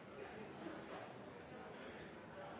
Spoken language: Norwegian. så det er